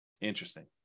Interesting